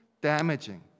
damaging